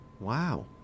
Wow